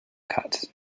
cut